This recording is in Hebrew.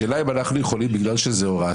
השאלה אם אנחנו יכולים בגלל שזאת הוראת